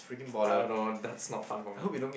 I don't know dart's not fun for me